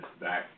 Back